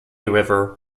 river